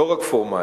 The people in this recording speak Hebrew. לא רק פורמלית.